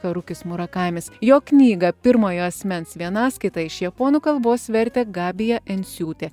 charukis murakamis jo knygą pirmojo asmens vienaskaita iš japonų kalbos vertė gabija enciūtė